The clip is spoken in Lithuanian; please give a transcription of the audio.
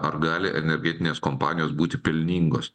ar gali energetinės kompanijos būti pelningos